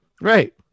right